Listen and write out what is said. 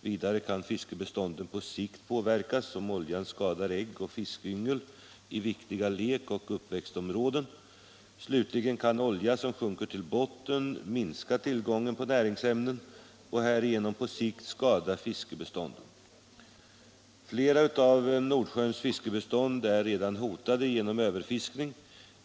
Vidare kan fiskbestånden på sikt påverkas om oljan skadar ägg och fiskyngel i viktiga lek och uppväxtområden. Slutligen kan olja som sjunker till botten minska tillgången på näringsämnen och härigenom på sikt skada fiskbestånden. 61 Flera av Nordsjöns fiskbestånd är redan hotade genom överfiskning.